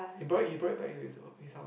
he brought it he brought it back to his his house